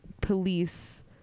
police